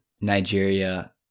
Nigeria